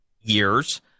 years